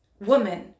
Woman